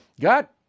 got